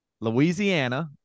louisiana